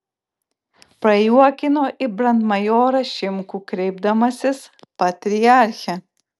prajuokino į brandmajorą šimkų kreipdamasis patriarche